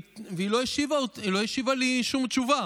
והיא לא השיבה לי שום תשובה.